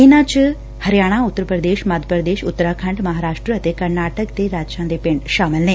ਇਨਾਂ ਚ ਹਰਿਆਣਾ ਉੱਤਰ ਪ੍ਦੇਸ਼ ਮੱਧ ਪ੍ਦੇਸ਼ ਉਤਰਾਖੰਡ ਮਹਾਰਾਸ਼ਟਰ ਅਤੇ ਕਰਨਾਟਕ ਦੇ ਰਾਜਾਂ ਦੇ ਪਿੰਡ ਸ਼ਾਮਲ ਨੇ